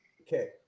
Okay